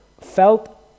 felt